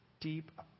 deep